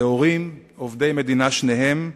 להורים עובדי מדינה שניהם,